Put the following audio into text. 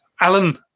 Alan